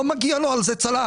לא מגיע לו על זה צל"ש.